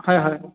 হয় হয়